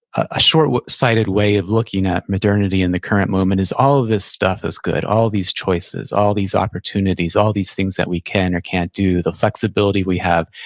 a short-sighted way of looking at modernity in the current moment is all of this stuff is good, all these choices, all these opportunities, all these things that we can or can't do, the flexibility we have.